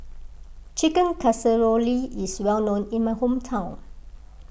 Chicken Casserole is well known in my hometown